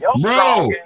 Bro